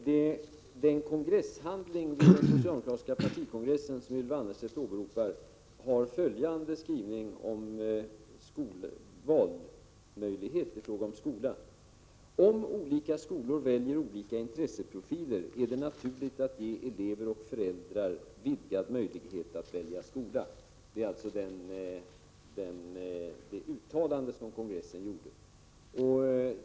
Herr talman! Den kongresshandling från den socialdemokratiska partikongressen som Ylva Annerstedt åberopar har följande skrivning om valmöjlighet i fråga om skola: Om olika skolor väljer olika intresseprofiler är det naturligt att ge elever och föräldrar en vidgad möjlighet att välja skola. Detta är alltså det uttalande som kongressen gjorde.